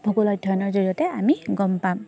ভূগোল অধ্যয়নৰ জৰিয়তে আমি গম পাম